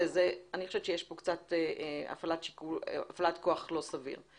אני חושבת שיש כאן קצת הפעלת כוח לא סביר.